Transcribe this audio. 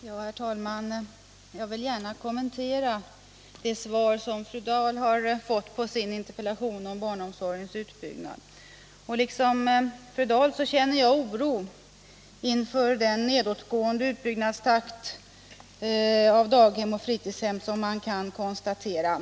Herr talman! Jag vill gärna kommentera det svar som fru Dahl fått på sin interpellation om barnomsorgens utbyggnad. Liksom fru Dahl känner jag oro inför den nedåtgående utbyggnadstakt när det gäller daghem och fritidshem som man kan konstatera.